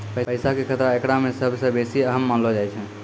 पैसा के खतरा एकरा मे सभ से बेसी अहम मानलो जाय छै